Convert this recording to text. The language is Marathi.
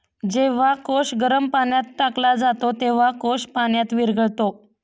जेव्हा कोश गरम पाण्यात टाकला जातो, तेव्हा कोश पाण्यात विरघळतो